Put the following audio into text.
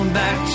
back